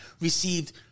received